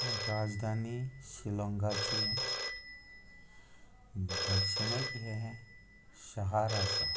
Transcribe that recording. राजधानी शिलाँगाचें दक्षिणेक हें शार आसा